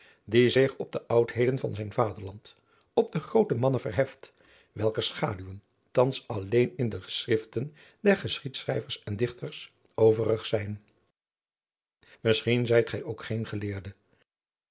die zich op de oudheden van zijn vaderland op de groote mannen verheft welker schaduwen thans alleen in de geschriften der geschiedschrijvers en dichadriaan loosjes pzn het leven van maurits lijnslager ters overig zijn misschien zijt gij ook geen geleerde